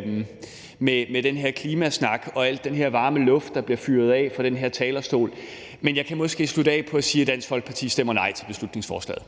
kulret med den her klimasnak og al den her varme luft, der bliver fyret af fra talerstolen. Men jeg kan måske slutte af med at sige, at Dansk Folkeparti stemmer nej til beslutningsforslaget.